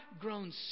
grown